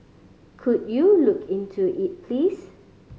could you look into it please